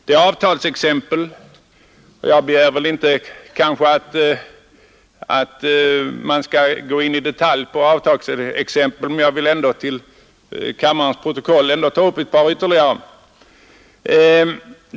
Jag förstår att statsrådet inte i detalj kan gå in på olika avtalsexempel, men jag vill ändå till kammarens protokoll anföra ett par sådana.